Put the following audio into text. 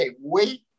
wait